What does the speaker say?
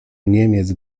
niemiec